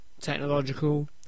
technological